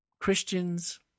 Christians